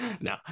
No